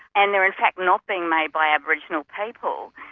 and they're in fact not being made by aboriginal people,